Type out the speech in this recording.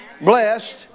blessed